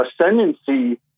ascendancy